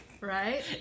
Right